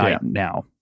now